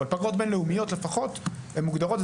אבל לפחות פגרות בין לאומיות הן מוגדרות.